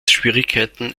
schwierigkeiten